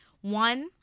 One